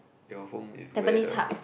your home is where the